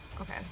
Okay